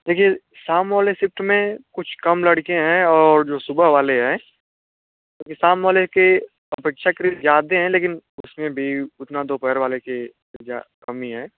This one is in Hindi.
देखिए शाम वाली सिफ्ट में कुछ कम लड़के हैं और जो सुबह वाले हैं क्योंकि शाम वाले के अपेक्षा ज़्यादा है लेकिन उसमें भी उतना दोपहर वाले के कम ही है